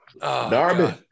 Darby